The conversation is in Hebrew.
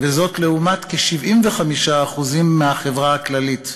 וזאת לעומת כ-75% מהחברה הכללית.